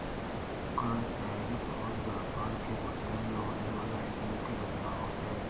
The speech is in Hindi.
कर, टैरिफ और व्यापार के माध्यम में होने वाला एक मुख्य बदलाव हे